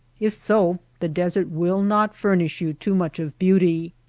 if so the desert will not furnish you too much of beauty.